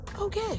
okay